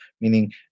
meaning